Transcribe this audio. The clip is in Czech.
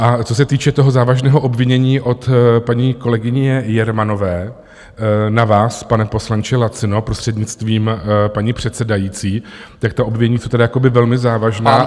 A co se týče toho závažného obvinění od paní kolegyně Jermanové na vás, pane poslanče Lacino, prostřednictvím paní předsedající, tak ta obvinění jsou velmi závažná...